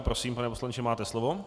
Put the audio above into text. Prosím, pane poslanče, máte slovo.